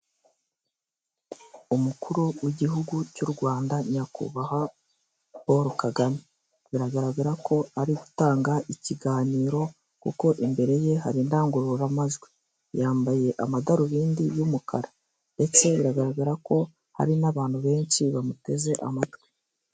Umukuru w'igihugu cy'u Rwanda nyakubahwa Paul Kagame biragaragara ko ari gutanga ikiganiro kuko imbere ye hari indangururamajwi, yambaye amadarubindi y'umukara ndetse bigaragara ko hari n'abantu benshi bamuteze amatwi.